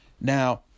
Now